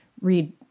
read